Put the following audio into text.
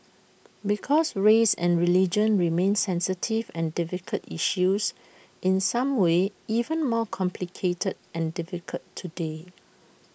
because race and religion remain sensitive and difficult issues in some ways even more complicated and difficult today